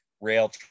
rail